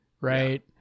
right